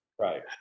right